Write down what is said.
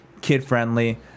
Kid-friendly